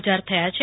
હજાર થયા છે